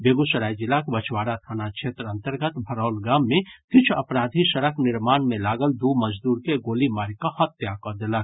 बेगूसराय जिलाक बछवाड़ा थाना क्षेत्र अंतर्गत भरौल गाम मे किछु अपराधी सड़क निर्माण मे लागल दू मजदूर के गोली मारि कड हत्या कऽ देलक